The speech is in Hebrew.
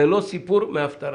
זה לא סיפור מההפטרה.